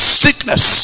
sickness